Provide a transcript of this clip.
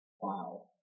Wow